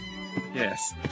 yes